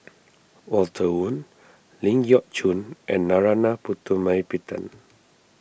Walter Woon Ling Geok Choon and Narana Putumaippittan